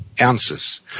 ounces